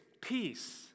peace